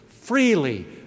freely